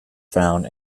found